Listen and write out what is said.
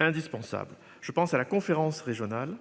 Je pense à la conférence régionale.